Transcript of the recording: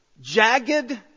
Jagged